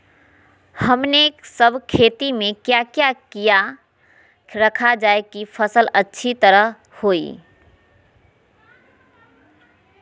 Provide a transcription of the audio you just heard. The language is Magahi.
हमने सब खेती में क्या क्या किया रखा जाए की फसल अच्छी तरह होई?